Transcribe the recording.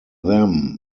them